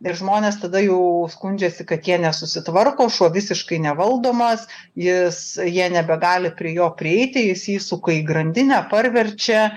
ir žmonės tada jau skundžiasi kad jie nesusitvarko šuo visiškai nevaldomas jis jie nebegali prie jo prieiti jis įsuka į grandinę parverčia